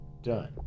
done